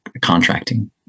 contracting